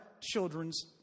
children's